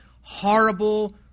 horrible